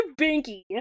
Binky